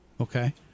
Okay